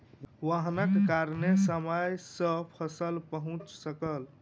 वाहनक कारणेँ समय सॅ फसिल पहुँच सकल